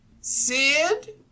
Sid